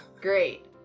Great